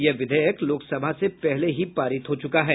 यह विधेयक लोकसभा से पहले ही पारित हो चुका है